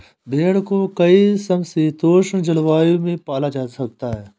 भेड़ को कई समशीतोष्ण जलवायु में पाला जा सकता है